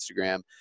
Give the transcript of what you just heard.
Instagram